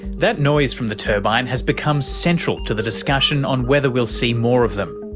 that noise from the turbine has become central to the discussion on whether we'll see more of them.